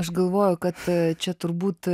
aš galvoju kad čia turbūt